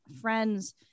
friends